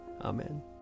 Amen